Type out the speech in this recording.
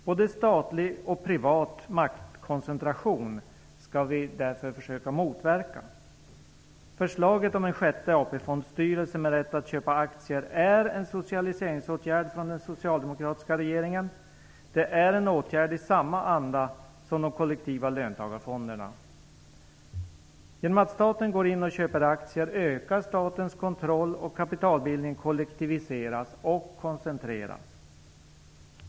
Både statlig och privat maktkoncentration skall vi därför försöka motverka. Förslaget om en sjätte AP fondstyrelse med rätt att köpa aktier är en socialiseringsåtgärd från den socialdemokratiska regeringen. Det är en åtgärd i samma anda som de kollektiva löntagarfonderna. Genom att staten köper aktier ökar statens kontroll, och kapitalbildningen kollektiviseras och koncentreras.